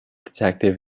detective